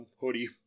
hoodie